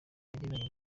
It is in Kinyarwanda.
yagiranye